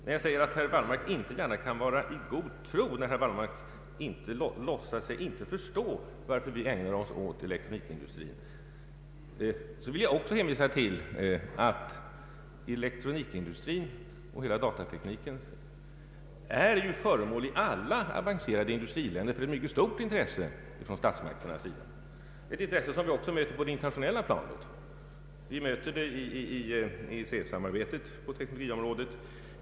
När jag säger att herr Wallmark inte gärna kan vara i god tro när han låtsar sig inte förstå varför vi ägnar oss åt elektronikindustrin, vill jag även hänvisa till att elektronikindustrin och heia datatekniken i alla avancerade industriländer är föremål för ett stort intresse från statsmakterna. Det är ett intresse som vi också möter på det internationella planet. Vi möter det i EEC-samarbetet på teknologiområdet.